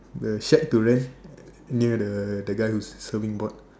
the shack to rent near the the guy who is serving ball